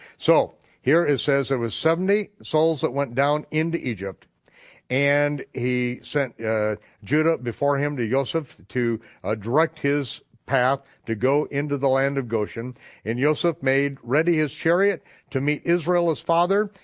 so here it says there was seventy souls that went down into egypt and he sent judah before him to yoseph to ah direct his path to go into the land of goshen and yoseph made ready his chariot to meet israel, his father,